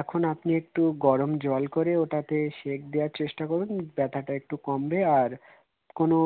এখন আপনি একটু গরম জল করে ওটাতে সেঁক দেয়ার চেষ্টা করুন ব্যাথাটা একটু কমবে আর কোনো